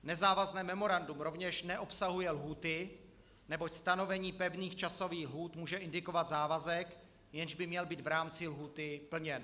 Nezávazné memorandum rovněž neobsahuje lhůty, neboť stanovení pevných časových lhůt může indikovat závazek, jenž by měl být v rámci lhůty plněn.